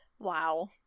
Wow